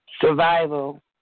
Survival